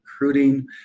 recruiting